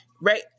Right